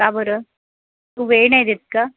का बरं तू वेळ नाही देत का